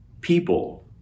people